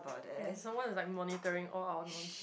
ya someone like monitoring all our nonsense